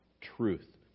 truth